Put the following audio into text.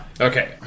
Okay